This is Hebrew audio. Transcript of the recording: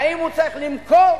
האם הוא צריך למכור,